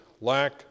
lack